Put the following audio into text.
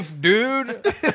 dude